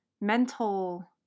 mental